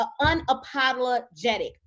unapologetic